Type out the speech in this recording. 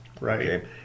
Right